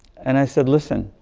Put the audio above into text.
and i said, listen,